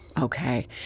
Okay